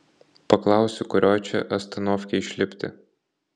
paklausiu kurioj čia astanovkėj išlipti